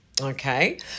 Okay